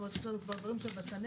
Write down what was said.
כלומר, יש לנו דברים שהם בצנרת